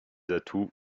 atouts